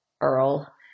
Earl